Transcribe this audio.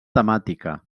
temàtica